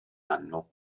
anno